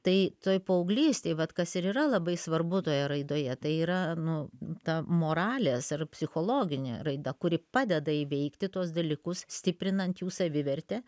tai toj paauglystėj vat kas ir yra labai svarbu toje raidoje tai yra nu ta moralės ar psichologinė raida kuri padeda įveikti tuos dalykus stiprinant jų savivertę